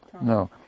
No